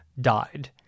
died